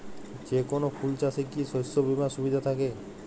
যেকোন ফুল চাষে কি শস্য বিমার সুবিধা থাকে?